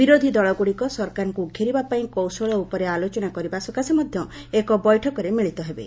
ବିରୋଧୀଦଳଗ୍ରଡିକ ସରକାରଙ୍କୁ ଘେରିବା ପାଇଁ କୌଶଳ ଉପରେ ଆଲୋଚନା କରିବା ସକାଶେ ମଧ୍ୟ ଏକ ବୈଠକରେ ମିଳିତ ହେବେ